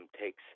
takes